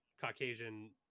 Caucasian